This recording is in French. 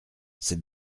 c’est